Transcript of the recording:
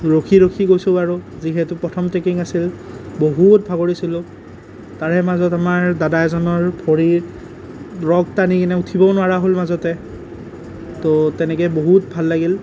ৰখি ৰখি গৈছোঁ আৰু যিহেতু প্ৰথম ট্ৰেকিং আছিল বহুত ভাগৰিছিলোঁ তাৰে মাজত আমাৰ দাদা এজনৰ ভৰিত ৰগ টানি কেনে উঠিবও নোৱাৰা হ'ল মাজতে তো তেনেকৈ বহুত ভাল লাগিল